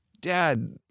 Dad